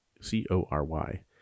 C-O-R-Y